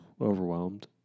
overwhelmed